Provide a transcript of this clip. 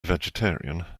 vegetarian